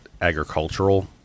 agricultural